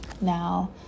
Now